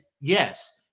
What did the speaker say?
yes